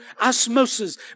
osmosis